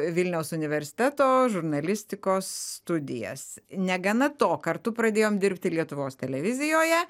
vilniaus universiteto žurnalistikos studijas negana to kartu pradėjom dirbti lietuvos televizijoje